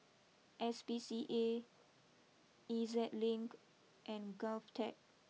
S P C A E Z Link and GovTech